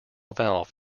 valve